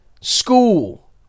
school